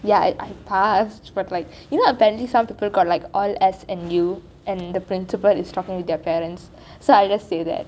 ya I passed but like you know apparently some people got like all S and S and the principal is talking with their parents and I just say that